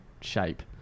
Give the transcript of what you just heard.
shape